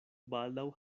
baldaŭ